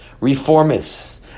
reformists